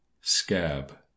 Scab